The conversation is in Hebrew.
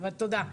תודה.